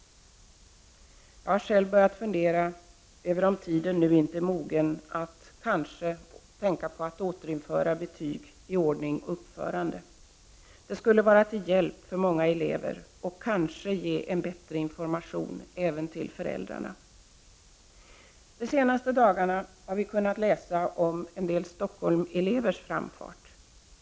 Jag har själv börjat fundera över om inte tiden är mogen att återinföra betygen i ordning och uppförande. Det skulle vara till hjälp för många elever och kanske ge bättre information till föräldrarna. Vi har under de senaste dagarna kunnat läsa om en del stockholmselevers framfart.